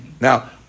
Now